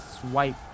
swipe